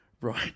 Right